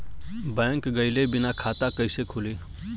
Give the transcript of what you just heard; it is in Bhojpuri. बैंक गइले बिना खाता कईसे खुली?